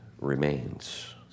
remains